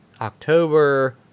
October